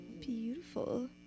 Beautiful